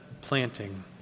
planting